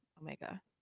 Omega